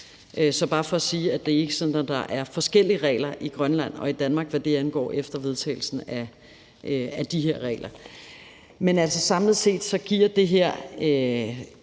er bare for at sige, at det ikke er sådan, at der er forskellige regler i Grønland og i Danmark, hvad det angår, efter vedtagelsen af de her regler. Men samlet set giver det her